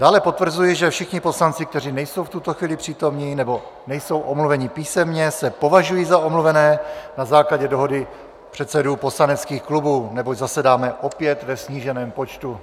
Dále potvrzuji, že všichni poslanci, kteří nejsou v tuto chvíli přítomni nebo nejsou omluveni písemně, se považují za omluvené na základě dohody předsedů poslaneckých klubů, neboť zasedáme opět ve sníženém počtu.